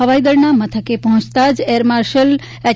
હવાઈદળના મથકે પહોંચતા જ એર માર્શલ એચ